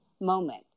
moment